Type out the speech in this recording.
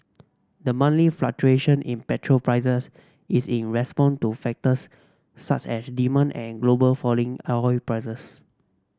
the monthly fluctuation in petrol prices is in response to factors such as demand and global falling prices